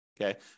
okay